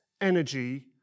energy